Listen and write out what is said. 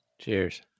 Cheers